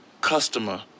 customer